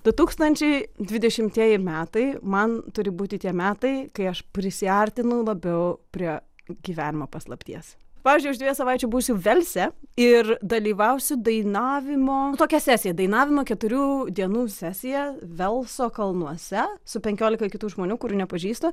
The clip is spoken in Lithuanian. du tūkstančiai dvidešimtieji metai man turi būti tie metai kai aš prisiartinau labiau prie gyvenimo paslapties pavyzdžiui už dviejų savaičių būsiu velse ir dalyvausiu dainavimo tokia sesija dainavimo keturių dienų sesija velso kalnuose su penkiolika kitų žmonių kurių nepažįstu